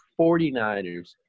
49ers